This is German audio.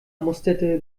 musterte